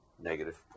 negative